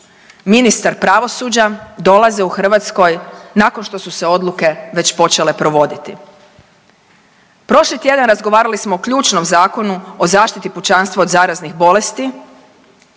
ministar pravosuđa, dolaze u Hrvatskoj nakon što su se odluke već počele provoditi. Prošli tjedan razgovarali smo o ključnom Zakonu o zaštiti pučanstva od zaraznih bolesti,